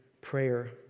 prayer